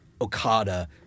Okada